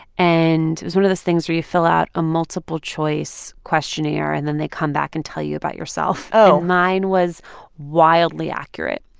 and it was one of those things where you fill out a multiple-choice questionnaire, and then they come back and tell you about yourself oh and mine was wildly accurate.